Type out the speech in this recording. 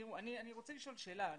אני רוצה לשאול שאלה.